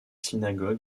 synagogue